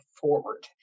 forward